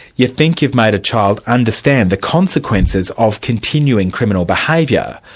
you think you've made a child understand the consequences of continuing criminal behaviour.